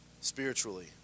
spiritually